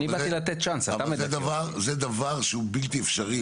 זה דבר שהוא בלתי אפשרי.